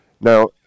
Now